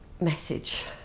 message